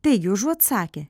taigi užuot sakę